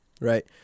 right